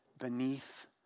beneath